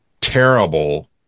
terrible